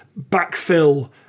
backfill